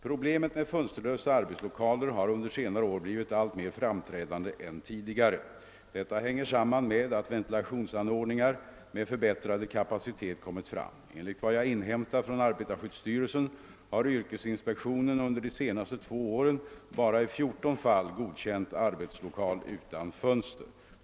Problemet med fönsterlösa arbetslokaler har under senare år blivit mer framträdande än tidigare. Detta hänger samman med att ventilationsanordningar med förbättrad kapacitet kommit fram. Enligt vad jag inhämtat från arbetarskyddsstyrelsen har yrkesinspektionen under de senaste två åren bara i 14 fall godkänt arbetslokal utan fönster.